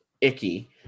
icky